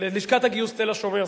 ללשכת הגיוס תל-השומר,